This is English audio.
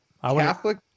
Catholic